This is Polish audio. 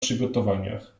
przygotowaniach